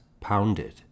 pounded